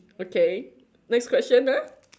okay next question ah